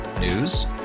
News